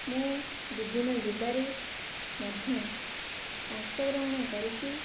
ମୁଁ ବିଭିନ୍ନ ଜିଲ୍ଲାରେ ମଧ୍ୟ ଅଂଶଗ୍ରହଣ କରିଛି